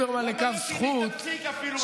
אני רוצה לדון את חבר הכנסת ליברמן לכף זכות.